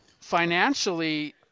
financially